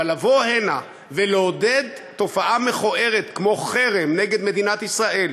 אבל לבוא הנה ולעודד תופעה מכוערת כמו חרם נגד מדינת ישראל,